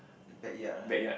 the backyard lah